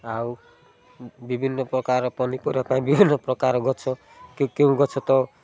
ଆଉ ବିଭିନ୍ନ ପ୍ରକାର ପନିପରିବା ପାଇଁ ବିଭିନ୍ନ ପ୍ରକାର ଗଛ କେଉଁ କେଉଁ ଗଛ ତ